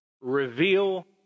reveal